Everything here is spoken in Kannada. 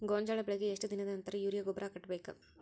ಗೋಂಜಾಳ ಬೆಳೆಗೆ ಎಷ್ಟ್ ದಿನದ ನಂತರ ಯೂರಿಯಾ ಗೊಬ್ಬರ ಕಟ್ಟಬೇಕ?